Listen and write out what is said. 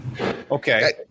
Okay